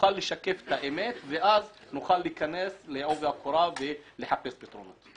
נוכל לשקף את האמת ואז נוכל להיכנס לעובי הקורה ולחפש פתרונות.